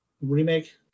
remake